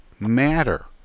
matter